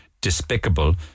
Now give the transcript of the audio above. despicable